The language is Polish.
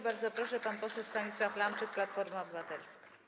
Bardzo proszę, pan poseł Stanisław Lamczyk, Platforma Obywatelska.